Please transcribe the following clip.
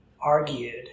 argued